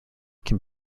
can